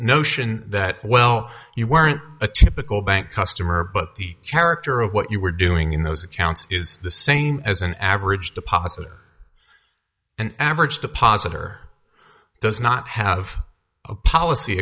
notion that well you weren't a typical bank customer but the character of what you were doing in those accounts is the same as an average deposit an average deposit or does not have a policy